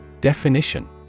Definition